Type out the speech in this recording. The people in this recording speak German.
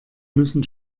müssen